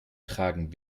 tragen